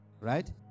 right